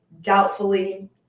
doubtfully